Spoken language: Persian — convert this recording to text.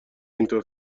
اینطور